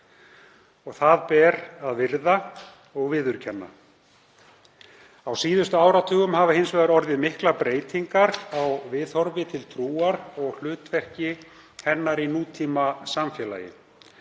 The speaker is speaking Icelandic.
Það ber að virða og viðurkenna. Á síðustu áratugum hafa hins vegar orðið miklar breytingar á viðhorfi til trúar og hlutverki hennar í nútímasamfélagi,